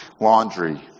laundry